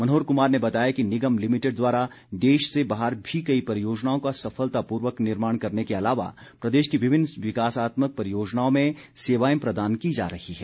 मनोहर कुमार ने बताया कि निगम लिमिटेड द्वारा देश से बाहर भी कई परियोजनाओं का सफलतापूर्वक निर्माण करने के अलावा प्रदेश की विभिन्न विकासात्मक परियोजनाओं में सेवाएं प्रदान की जा रही हैं